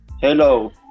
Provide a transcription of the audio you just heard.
Hello